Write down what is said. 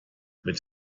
mit